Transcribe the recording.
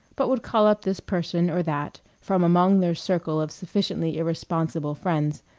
but would call up this person or that from among their circle of sufficiently irresponsible friends,